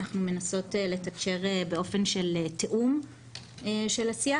אנחנו מנסות לתקשר באופן של תיאום של השיח.